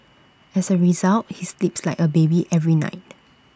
as A result he sleeps like A baby every night